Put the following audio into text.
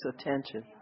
attention